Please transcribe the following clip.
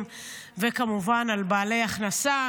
וכמובן על בעלי הכנסה,